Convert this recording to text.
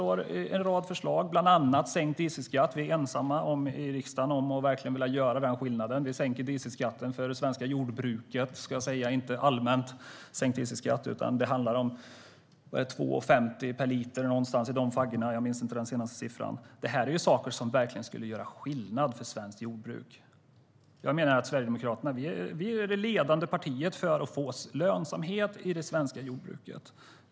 Vi har en rad förslag, bland annat om sänkt dieselskatt. Vi är ensamma i riksdagen om att verkligen vilja göra den skillnaden. Vi sänker dieselskatten för det svenska jordbruket, inte allmänt. Det handlar om 2,50 per liter - någonstans i de faggorna. Jag minns inte den senaste siffran. Det här är saker som verkligen skulle göra skillnad för svenskt jordbruk. Jag menar att Sverigedemokraterna är det ledande partiet för lönsamhet i det svenska jordbruket.